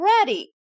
ready